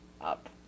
up